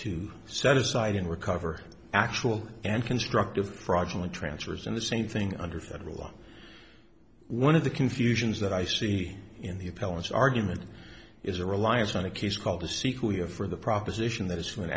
to set aside and recover actual and construct of fraudulent transfers and the same thing under federal law one of the confusions that i see in the appellate argument is a reliance on a case called the sequel here for the proposition that i